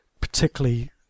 particularly